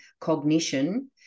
cognition